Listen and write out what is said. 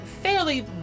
fairly